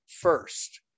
first